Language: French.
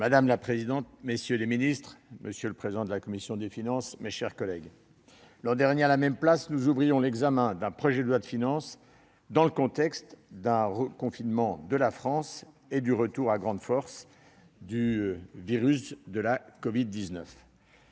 Madame la présidente, messieurs les ministres, monsieur le président de la commission des finances, mes chers collègues, l'an dernier, à la même place, nous ouvrions l'examen du projet de loi de finances dans le contexte d'un reconfinement de la France et du retour à grande force du virus de la covid-19.